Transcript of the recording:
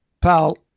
pal